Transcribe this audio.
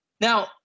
Now